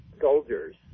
soldiers